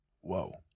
Whoa